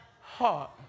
heart